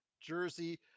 jersey